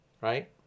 Right